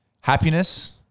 happiness